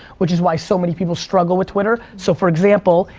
which is why so many people struggle with twitter. so for example,